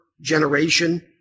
generation